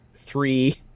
three